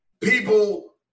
people